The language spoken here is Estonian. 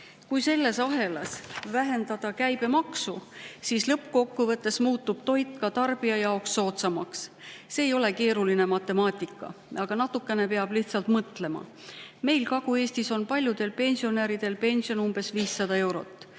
Kui selles ahelas vähendada käibemaksu, siis lõppkokkuvõttes muutub toit ka tarbija jaoks soodsamaks. See ei ole keeruline matemaatika, natukene peab lihtsalt mõtlema. Meil Kagu-Eestis on paljudel pensionäridel pension umbes 500 eurot.